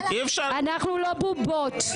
אנחנו לא בובות.